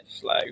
slow